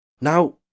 Now